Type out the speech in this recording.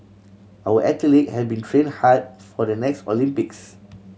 our athlete have been train hard for the next Olympics